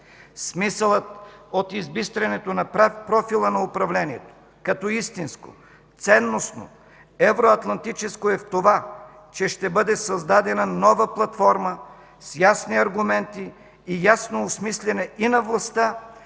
Смисълът от избистрянето на профила на управлението като истинско, ценностно, евроатлантическо е в това, че ще бъде създадена нова платформа с ясни аргументи и ясно осмисляне и на властта,